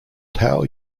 tao